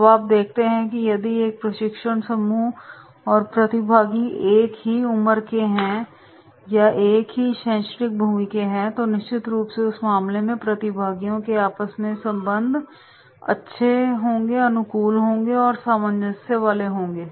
अब आप देखते हैं कि यदि एक प्रशिक्षण समूह है और प्रतिभागी एक ही उम्र या एक ही शैक्षणिक पृष्ठभूमि से हैं तो निश्चित रूप से उस मामले में प्रतिभागियों के आपस में संबंध अच्छे अनुकूल होंगे और सामंजस्य वाले होंगे